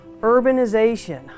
urbanization